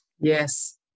Yes